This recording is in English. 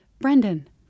Brendan